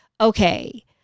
okay